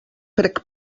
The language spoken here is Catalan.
crec